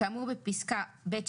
" לגבי חוזר מחלים כאמור בפסקה (ב)(2),